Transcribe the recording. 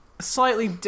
slightly